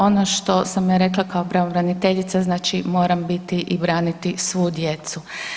Ono što sam ja rekla kao pravobraniteljica znači moram biti i braniti svu djecu.